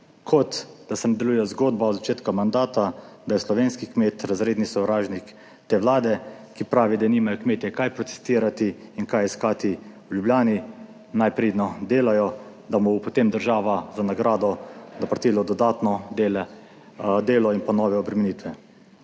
kot da se nadaljuje zgodba od začetka mandata, da je slovenski kmet razredni sovražnik te vlade, ki pravi, da nimajo kmetje kaj protestirati in kaj iskati v Ljubljani, naj pridno delajo, da mu bo potem država za nagrado naprtila dodatno delo in pa nove obremenitve.